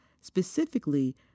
Specifically